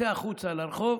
צא החוצה לרחוב